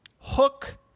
Hook